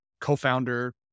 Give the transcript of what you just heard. co-founder